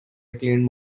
acclaimed